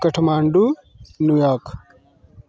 Kathmandu New York